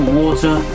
water